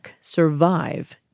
survive